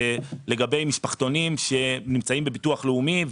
לגבי משפחתונים שנמצאים בביטוח לאומי,